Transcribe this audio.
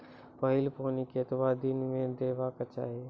पहिल पानि कतबा दिनो म देबाक चाही?